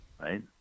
right